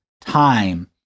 time